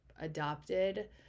adopted